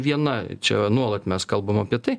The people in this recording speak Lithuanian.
viena čia nuolat mes kalbam apie tai